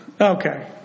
Okay